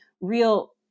real